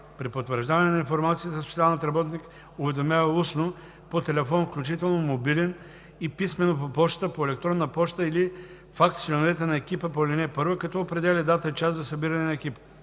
При потвърждаване на информацията социалният работник уведомява устно по телефон, включително мобилен, и писмено по пощата, по електронна поща или факс членовете на екипа по ал. 1, като определя дата и час за събиране на екипа.